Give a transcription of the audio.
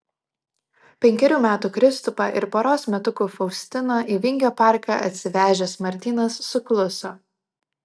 penkerių metų kristupą ir poros metukų faustiną į vingio parką atsivežęs martynas sukluso